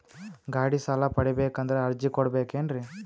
ಗಾಡಿ ಸಾಲ ಪಡಿಬೇಕಂದರ ಅರ್ಜಿ ಕೊಡಬೇಕೆನ್ರಿ?